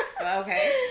okay